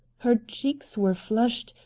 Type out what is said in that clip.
her cheeks were flushed,